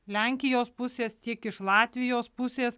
lenkijos pusės tiek iš latvijos pusės